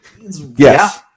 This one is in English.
Yes